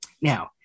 Now